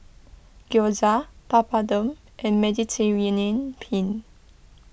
Gyoza Papadum and Mediterranean Penne